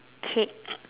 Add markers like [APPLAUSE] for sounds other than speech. [NOISE]